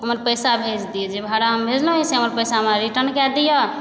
हमर पैसा भेज दिअ जे भाड़ा हम भेजलहुँ से पैसा हमरा रिटर्न कए दिअ